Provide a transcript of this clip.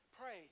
Pray